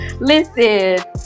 listen